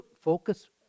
focus